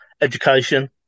education